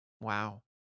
Wow